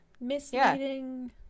Misleading